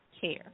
care